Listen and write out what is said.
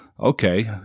okay